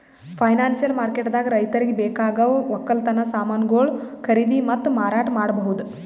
financial ಮಾರ್ಕೆಟ್ದಾಗ್ ರೈತರಿಗ್ ಬೇಕಾಗವ್ ವಕ್ಕಲತನ್ ಸಮಾನ್ಗೊಳು ಖರೀದಿ ಮತ್ತ್ ಮಾರಾಟ್ ಮಾಡ್ಬಹುದ್